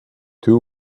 two